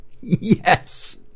yes